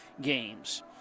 games